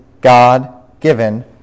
God-given